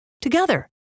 together